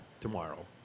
tomorrow